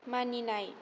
मानिनाय